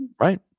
Right